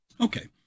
okay